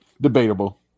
Debatable